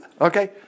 okay